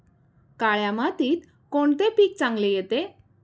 काळ्या मातीत कोणते पीक चांगले येते?